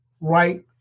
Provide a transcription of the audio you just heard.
right